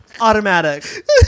Automatic